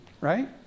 right